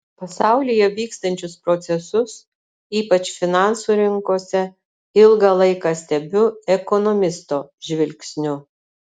pasaulyje vykstančius procesus ypač finansų rinkose ilgą laiką stebiu ekonomisto žvilgsniu